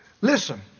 listen